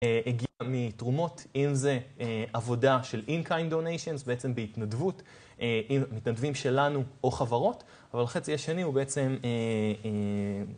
הגיעה מתרומות, אם זה עבודה של Inkind Donations, בעצם בהתנדבות, אם מתנדבים שלנו או חברות, אבל אחרי זה יש שני, הוא בעצם...